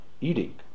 eating